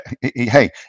hey